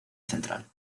central